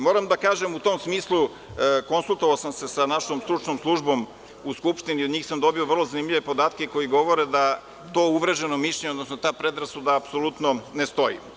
Moram da kažem u tom smislu, konsultovao sam se sa našom stručnom službom u Skupštini, od njih sam dobio vrlo zanimljive podatke koji govore da to uvreženo mišljenje, odnosno ta predrasuda apsolutno ne stoji.